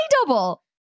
double